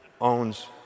owns